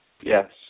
Yes